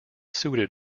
suited